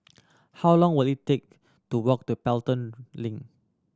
how long will it take to walk to Pelton Link